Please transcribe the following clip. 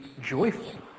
joyful